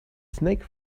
snake